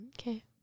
Okay